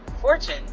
fortune